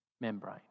membrane